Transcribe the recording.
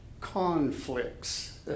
conflicts